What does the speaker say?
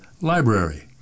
library